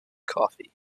coffee